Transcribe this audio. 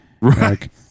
right